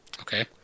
Okay